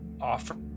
offer